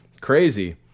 Crazy